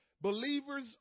Believers